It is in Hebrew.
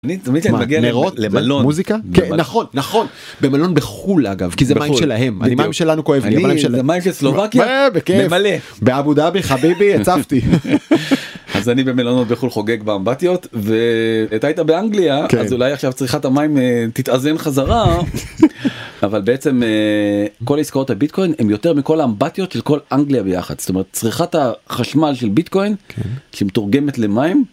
מה? לראות, לבלות. מוזיקה? נכון! נכון! - במלון בחו"ל, אגב, כי זה מים שלהם. - מים שלנו כואב, מים של המים של סלובקיה, בכיף. - באבו דאבי, חביבי, הצפתי. - אז אני במלונות בחו"ל חוגג באמבטיות, ו... אה... אתה הייתה באנגליה -כן - אז אולי עכשיו צריכת המים תתאזן חזרה, אבל בעצם כל עסקאות הביטקוין, הם יותר מכל האמבטיות של כל אנגליה ביחד. זאת אומרת, צריכת החשמל של ביטקוין, שמתורגמת למים...